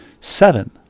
Seven